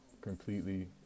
completely